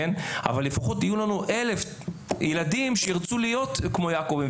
אבל לפחות יהיו לנו אלף ילדים שירצו להיות כמו יעקבים,